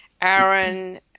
Aaron